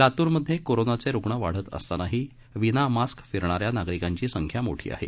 लात्रमध्ये कोरोनाचे रुग्ण वाढत असतानाही विनामास्क फिरणाऱ्या नागरिकांची संख्या मोठी आहे